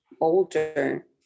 older